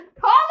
Call